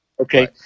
Okay